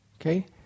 Okay